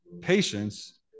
patience